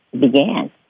began